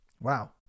Wow